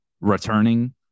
returning